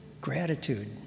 gratitude